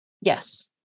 Yes